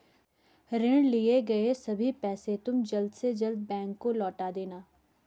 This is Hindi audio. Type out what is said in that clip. ऋण लिए गए सभी पैसे तुम जल्द से जल्द बैंक को लौटा देना